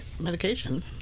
medication